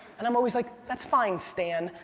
and i'm always like, that's fine, stan.